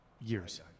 years